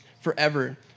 forever